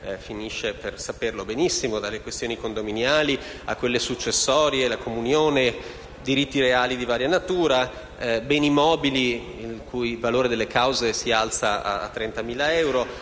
finisce per saperlo benissimo: si va dalle questioni condominiali, a quelle successorie, dalla comunione ai diritti reali di varia natura, dai beni mobili (per un valore delle cause che si alza fino a 30.000 euro)